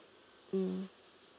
mm